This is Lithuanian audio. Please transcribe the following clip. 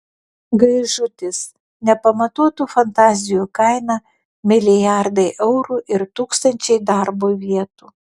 gaižutis nepamatuotų fantazijų kaina milijardai eurų ir tūkstančiai darbo vietų